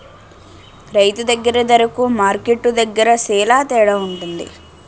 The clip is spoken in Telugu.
రైతు దగ్గర దరకు మార్కెట్టు దరకు సేల తేడవుంటది